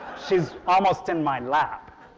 she is almost in my lap.